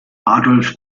adolf